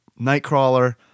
Nightcrawler